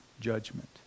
judgment